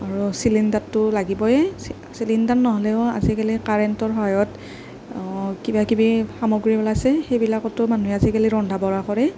আৰু চিলিণ্ডাৰটো লাগিবই চিলিণ্ডাৰ নহ'লেও আজিকালি কাৰেণ্টৰ সহায়ত কিবা কিবি সামগ্ৰী আছে সেইবিলাকতো মানুহে আজিকালি ৰন্ধা বঢ়া কৰে